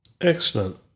Excellent